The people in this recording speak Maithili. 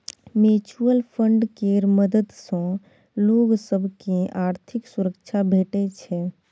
म्युचुअल फंड केर मदद सँ लोक सब केँ आर्थिक सुरक्षा भेटै छै